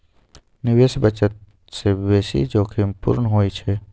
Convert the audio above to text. निवेश बचत से बेशी जोखिम पूर्ण होइ छइ